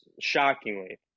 Shockingly